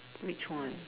which one